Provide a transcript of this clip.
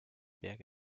berg